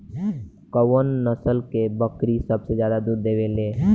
कउन नस्ल के बकरी सबसे ज्यादा दूध देवे लें?